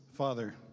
Father